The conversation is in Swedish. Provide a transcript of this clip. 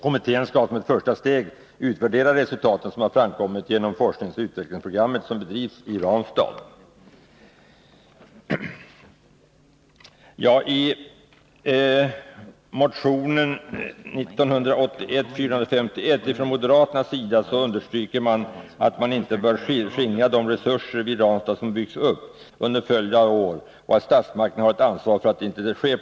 Den skall som ett första steg utvärdera de resultat som har framkommit genom det forskningsoch utvecklingsprogram som bedrivs 68 i Ranstad; I motion 451 understryker moderaterna att man inte bör skingra de anläggningstillgångar som under en följd av år har byggts upp i Ranstad och att statsmakterna har ett ansvar för att så inte sker.